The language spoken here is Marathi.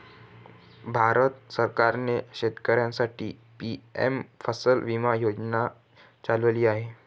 भारत सरकारने शेतकऱ्यांसाठी पी.एम फसल विमा योजना चालवली आहे